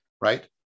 right